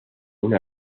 una